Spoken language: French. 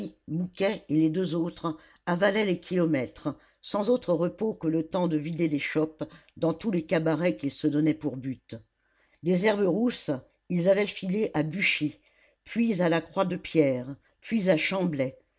mouquet et les deux autres avalaient les kilomètres sans autre repos que le temps de vider des chopes dans tous les cabarets qu'ils se donnaient pour but des herbes rousses ils avaient filé à buchy puis à la croix de pierre puis à chamblay